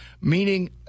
meaning